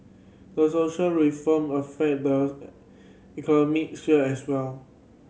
a social reform affect the economy sphere as well